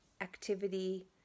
activity